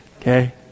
Okay